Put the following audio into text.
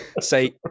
say